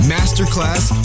Masterclass